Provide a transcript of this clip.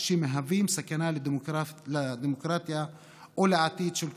שמהווים סכנה לדמוקרטיה או לעתיד של כולנו.